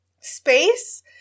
space